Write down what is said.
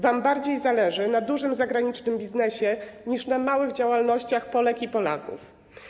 Wam bardziej zależy na dużym zagranicznym biznesie niż na małej działalności Polek i Polaków.